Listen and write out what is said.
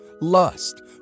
lust